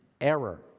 error